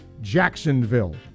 Jacksonville